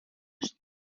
ist